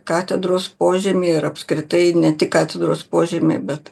katedros požemy ir apskritai ne tik katedros požemy bet